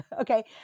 Okay